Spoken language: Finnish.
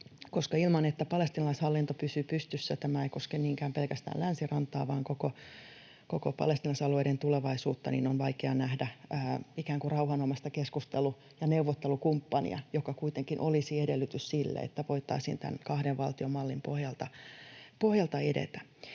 ilman, että palestiinalaishallinto pysyy pystyssä — tämä ei koske niinkään pelkästään Länsirantaa vaan koko palestiinalaisalueen tulevaisuutta — on vaikea nähdä ikään kuin rauhanomaista keskustelu- ja neuvottelukumppania, joka kuitenkin olisi edellytys sille, että voitaisiin tämän kahden valtion mallin pohjalta edetä.